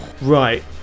Right